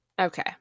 Okay